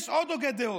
יש עוד הוגת דעות.